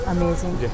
Amazing